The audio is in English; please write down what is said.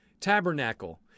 tabernacle